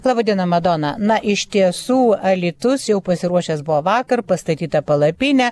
laba diena madona na iš tiesų alytus jau pasiruošęs buvo vakar pastatyta palapinė